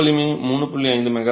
சுருக்க வலிமை 3